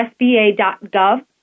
sba.gov